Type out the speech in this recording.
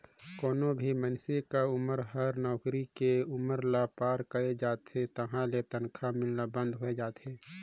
कोनो भी मइनसे क उमर हर नउकरी के उमर ल पार कइर जाथे तहां ले तनखा मिलना बंद होय जाथे